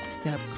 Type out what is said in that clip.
step